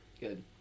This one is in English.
good